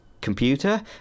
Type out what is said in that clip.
computer